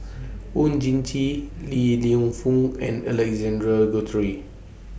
Oon Jin Gee Li Lienfung and Alexander Guthrie